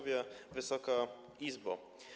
Wysoka Izbo!